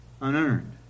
Unearned